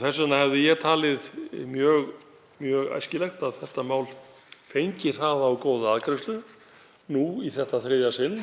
Þess vegna hefði ég talið mjög æskilegt að þetta mál fengi hraða og góða afgreiðslu í þetta þriðja sinn,